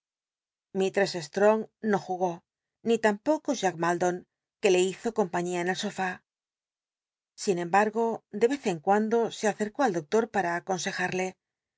ilisttcss strong no jugó ni tampoco jack iialdon que le hizo compaiíia en el sofú sin emba rgo de cz en cuando se acercó al doctor para aconsejarle